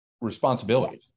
responsibility